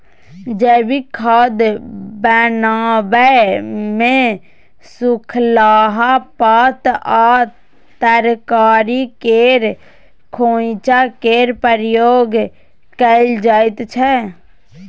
जैबिक खाद बनाबै मे सुखलाहा पात आ तरकारी केर खोंइचा केर प्रयोग कएल जाइत छै